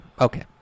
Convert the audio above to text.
okay